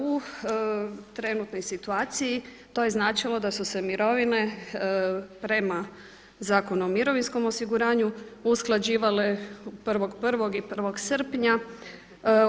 U trenutnoj situaciji to je značilo da su se mirovine prema Zakonu o mirovinskom osiguranju usklađivale 1.1. i 1.7.